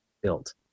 built